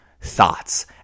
thoughts